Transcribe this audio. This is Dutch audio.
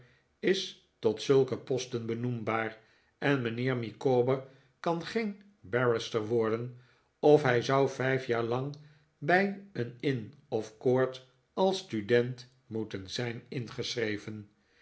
is tot zulke posten benoembaar en mijnheer micawber kan geen barrister worden of hij zou vijf jaar lang bij een inn of court als student moeten zijn ingeschreven